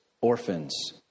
orphans